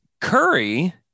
Curry